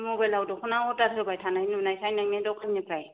मबाइलयाव दख'ना अरदार होबाय थानाय नुनायखाय नोंनि द'खाननिफ्राय